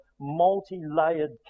multi-layered